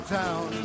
town